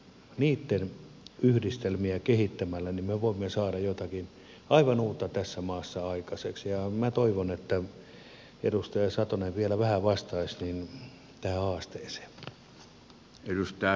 niitten yhdistelmiä kehittämällä me voimme saada jotakin aivan uutta tässä maassa aikaiseksi ja minä toivon että edustaja satonen vielä vähän vastaisi tähän haasteeseen